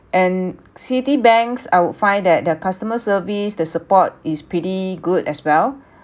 and Citibank's I would find that their customer service the support is pretty good as well